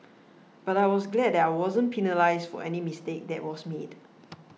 but I was glad that I wasn't penalised for any mistake that was made